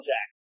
Jack